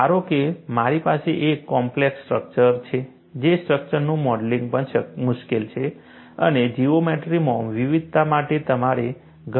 ધારો કે મારી પાસે એક કોમ્પ્લેક્સ સ્ટ્રક્ચર છે તે સ્ટ્રક્ચરનું મોડેલિંગ પણ મુશ્કેલ છે અને જીઓમેટ્રીમાં વિવિધતા માટે તમારે ઘણા એલિમેન્ટ્સની જરૂર છે